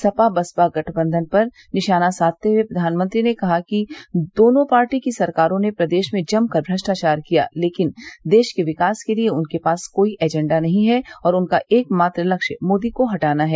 सपा बसपा गठबंधन पर निशाना साधते हुए प्रधानमंत्री मोदी ने कहा कि दोनों पार्टी की सरकारों ने प्रदेश में जमकर भ्रष्टाचार किया लेकिन देश के विकास के लिये उनके पास कोई एजेंडा नहीं है और उनका एकमात्र लक्ष्य मोदी को हटाना है